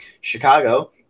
Chicago